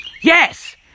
Yes